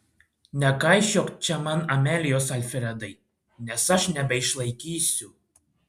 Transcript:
nekaišiok čia man amelijos alfredai nes aš nebeišlaikysiu